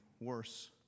worse